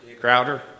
Crowder